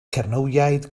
cernywiaid